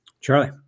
Charlie